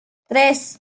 tres